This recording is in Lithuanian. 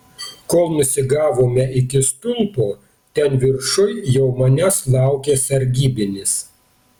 kol nusigavome iki stulpo ten viršuj jau manęs laukė sargybinis